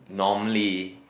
normally